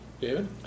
David